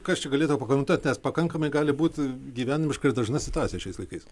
kas čia galėtų pakomentuot nes pakankamai gali būt gyvenimiška ir dažna situacija šiais laikais